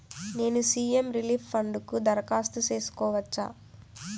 నేను CM relief fund కు దరఖాస్తు సేసుకోవచ్చా?